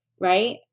right